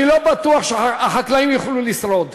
אני לא בטוח שהחקלאים יוכלו לשרוד,